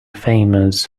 famous